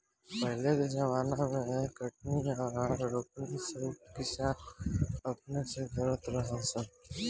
पहिले के ज़माना मे कटनी आ रोपनी सब किसान अपने से करत रहा सन